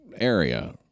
area